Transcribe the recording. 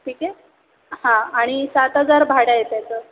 ठीक आहे हां आणि सात हजार भाडं आहे त्याचं